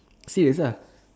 serious uh